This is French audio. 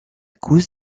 cause